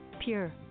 Pure